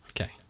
okay